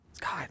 God